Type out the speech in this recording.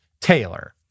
Taylor